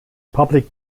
public